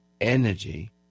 energy